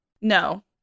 No